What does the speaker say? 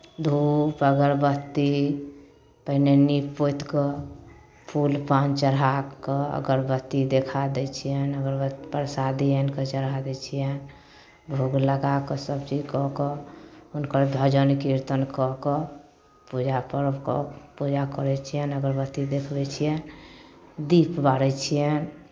धूप अगरबत्ती पहिने नीप पोति कऽ फूल पान चढ़ा कऽ अगरबत्ती देखा दै छियनि अगरब प्रसादी आनि कऽ चढ़ा दै छियनि भोग लगा कऽ सभ चीज कऽ कऽ हुनकर भजन कीर्तन कऽ कऽ पूजा पाठ कऽ पूजा करै छियनि अगरबत्ती देखबै छियनि दीप बारै छियनि